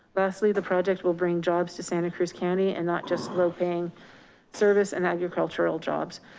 lastly, the project will bring jobs to santa cruz county and not just low paying service and agricultural jobs,